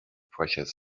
precious